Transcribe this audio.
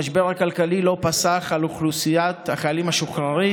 המשבר הכלכלי לא פסח על אוכלוסיית החיילים המשוחררים,